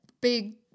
big